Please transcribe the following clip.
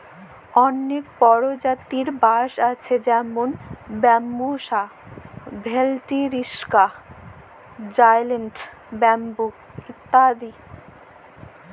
ম্যালা পরজাতির বাঁশ আছে যেমল ব্যাম্বুসা ভেলটিরিকসা, জায়েল্ট ব্যাম্বু ইত্যাদি